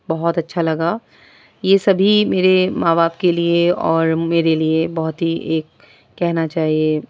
بہت اچھا لگا یہ سبھی میرے ماں باپ کے لیے اور میرے لیے بہت ہی ایک کہنا چاہیے